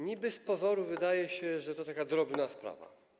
Niby z pozoru wydaje się, że to taka drobna sprawa.